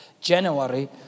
January